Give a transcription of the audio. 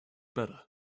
better